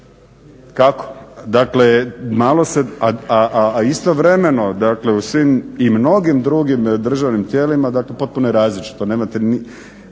Dakle, a istovremeno u mnogim drugim državnim tijelima potpuno je različito